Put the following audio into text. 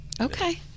okay